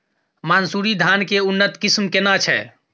मानसुरी धान के उन्नत किस्म केना छै?